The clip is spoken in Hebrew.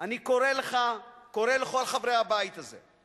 אני קורא לך, קורא לכל חברי הבית הזה,